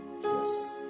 Yes